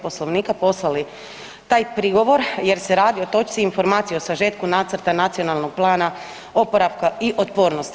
Poslovnika poslali taj prigovor jer se radi o točci Informacija o sažetku nacrta Nacionalnog plana oporavka i otpornosti.